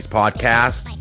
podcast